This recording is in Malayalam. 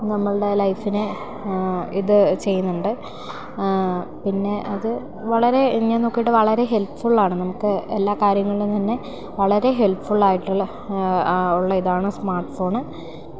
നമ്മളുടെ ലൈഫിനേ ഇതു ചെയ്യുന്നുണ്ട് പിന്നെ അതു വളരെ ഞാൻ നോക്കിയിട്ട് വളരെ ഹെൽപ്ഫുള്ളാണ് നമുക്ക് എല്ലാ കാര്യങ്ങളിലും തന്നെ വളരെ ഹെൽപ്ഫുള്ളായിട്ടുള്ള ഉള്ള ഇതാണ് സ്മാർട്ട് ഫോൺ